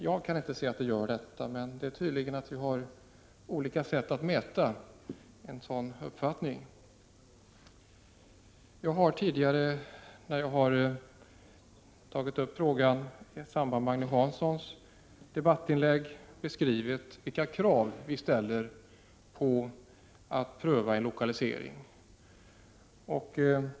Jag kan inte se att det gör det, men tydligen har vi olika sätt att mäta en sådan uppfattning. Jag har tidigare när jag har tagit upp frågan i samband med Agne Hanssons debattinlägg beskrivit vilka krav vi ställer på prövning av en lokalisering.